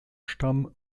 stamm